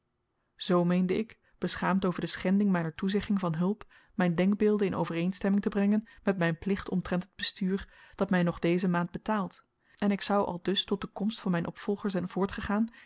z meende ik beschaamd over de schending myner toezegging van hulp myn denkbeelden in overeenstemming te brengen met myn plicht omtrent het bestuur dat my nog deze maand betaalt en ik zou aldus tot de komst van myn opvolger zyn voortgegaan